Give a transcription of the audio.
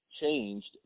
changed